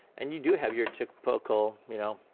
and you do have your typical, you know,